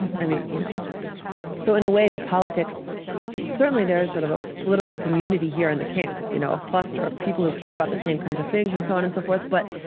you know so in a way, the politics certainly there is sort of a political community here in the camp, you know, a cluster of people who care about the same kinds of things and so on and so forth. but